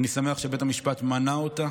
ואני שמח שבית המשפט מנע אותה.